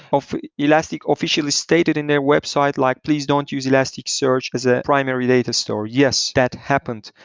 ah elastic officially stated in their website like, please don't use elasticsearch as the primary data storage. yes, that happened.